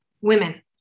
women